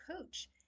coach